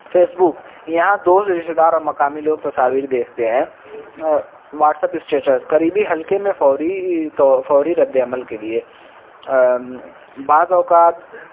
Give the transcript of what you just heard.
Facebook یہاں دوست رشتتے دار اور مقامی لوگ تصاویر دیکھتے ہیں واٹسپ اسٹیٹس قریبی حلقے میں فوری تو فوری رد عمل کے لیے بعض اوقات